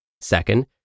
Second